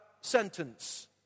sentence